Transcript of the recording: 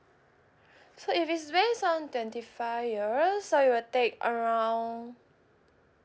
so if it's based on twenty five years so it will take around